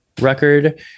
record